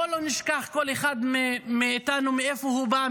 בואו לא נשכח כל אחד מאיתנו מאיפה הוא בא,